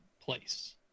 place